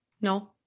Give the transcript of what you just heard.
No